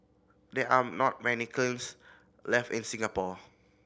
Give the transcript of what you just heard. there are not many kilns left in Singapore